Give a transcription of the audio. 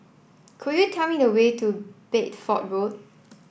could you tell me the way to Bedford Road